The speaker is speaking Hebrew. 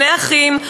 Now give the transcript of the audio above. שני אחים,